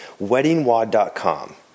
WeddingWad.com